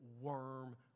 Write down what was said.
worm